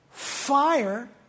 fire